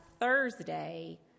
Thursday